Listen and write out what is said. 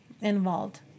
involved